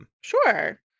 Sure